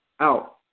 out